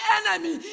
enemy